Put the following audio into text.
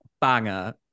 banger